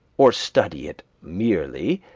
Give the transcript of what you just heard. or study it merely,